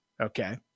okay